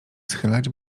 schylać